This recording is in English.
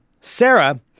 Sarah